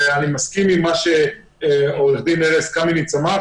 אני מסכים עם מה שעו"ד ארז קמיניץ אמר,